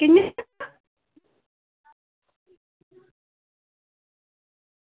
कि'यां